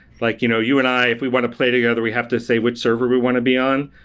like you know you and i, if we want to play together. we have to say which server we want to be on.